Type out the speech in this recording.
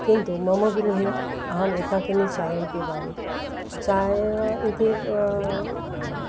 किन्तु मम गृहे अहम् एकाकिनी चायं पिबामि चायः इति